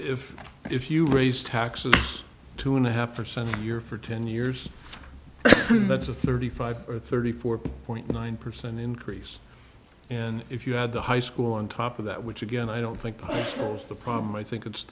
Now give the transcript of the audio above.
if if you raise taxes two and a half percent a year for ten years that's a thirty five or thirty four point nine percent increase in if you had the high school on top of that which again i don't think was the problem i think it's